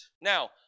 Now